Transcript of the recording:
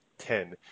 ten